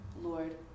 Lord